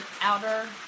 outer